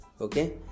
okay